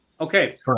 Okay